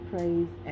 Praise